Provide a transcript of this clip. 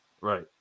Right